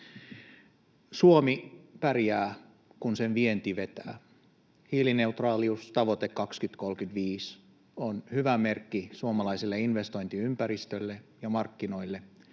Suomi pärjää, kun sen vienti vetää. Hiilineutraaliustavoite 2035 on hyvä merkki suomalaiselle investointiympäristölle ja markkinoille,